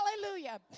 Hallelujah